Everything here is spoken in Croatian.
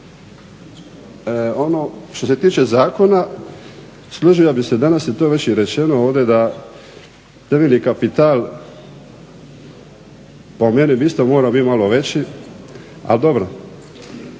Što se tiče zakona složio bih se, danas je to već i rečeno ovdje da temeljni kapital po meni bi isto morao biti malo veći, ali dobro.